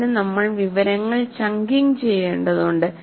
അതിന് നമ്മൾ വിവരങ്ങൾ ചങ്കിംഗ് ചെയ്യേണ്ടതുണ്ട്